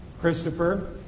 Christopher